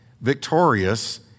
victorious